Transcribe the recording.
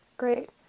Great